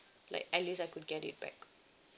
like at least I could get it back